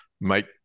make